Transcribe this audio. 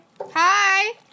Hi